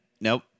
nope